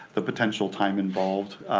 the potential time involved.